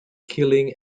killing